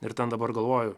ir ten dabar galvoju